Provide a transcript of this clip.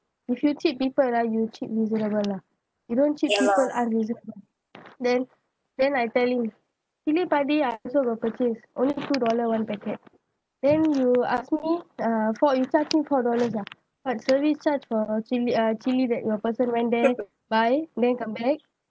if you cheat people ah you cheat reasonable lah you don't cheat people unreasonable then then I tell him chilli padi I also got purchase only two dollar one packet then you ask me uh four you charge me four dollars ah what service charge for chilli uh chilli that your person went there buy then come back